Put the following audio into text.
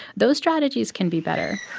those strategies can be better